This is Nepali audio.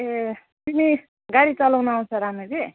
ए तिमी गाडी चलाउनु आउँछ राम्ररी